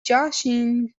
joshing